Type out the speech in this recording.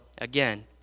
again